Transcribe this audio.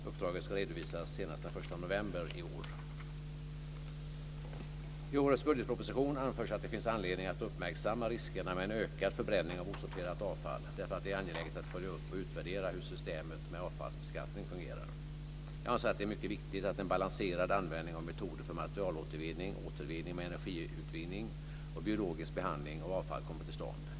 Uppdraget ska redovisas senast den 1 november i år. I årets budgetproposition anförs att det finns anledning att uppmärksamma riskerna med en ökad förbränning av osorterat avfall därför att det är angeläget att följa upp och utvärdera hur systemet med avfallsbeskattning fungerar. Jag anser att det är mycket viktigt att en balanserad användning av metoder för materialåtervinning, återvinning med energiutvinning och biologisk behandling av avfall kommer till stånd.